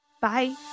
Bye